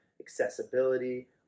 accessibility